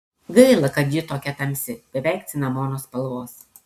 gaila kad ji tokia tamsi beveik cinamono spalvos